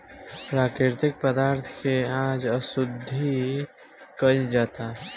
प्राकृतिक पदार्थ के आज अशुद्ध कइल जाता